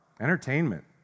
entertainment